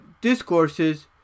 discourses